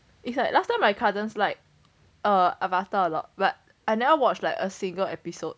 it's like last time my cousins like avatar a lot but I never watch like a single episode